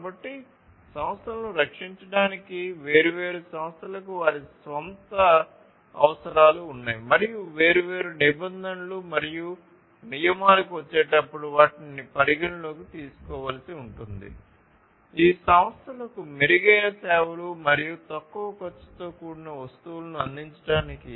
కాబట్టి సంస్థలను రక్షించడానికి వేర్వేరు సంస్థలకు వారి స్వంత అవసరాలు ఉన్నాయి మరియు వేర్వేరు నిబంధనలు మరియు నియమాలకు వచ్చేటప్పుడు వాటిని పరిగణనలోకి తీసుకోవలసి ఉంటుంది ఈ సంస్థలకు సహాయపడతాయి